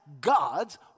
God's